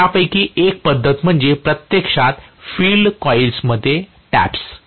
तर त्यापैकी एक पद्धत म्हणजे प्रत्यक्षात फील्ड कॉइलमध्ये टॅप्स